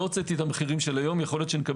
ולא הוצאתי את המחירים של היום יכול להיות שנקבל